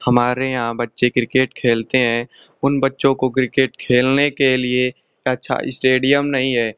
हमारे यहाँ बच्चे किर्केट खेलते हैं उन बच्चों को किर्केट खेलने के लिए अच्छा इस्टेडियम नहीं है